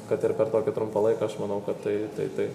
kad ir per tokį trumpą laiką aš manau kad tai tai tai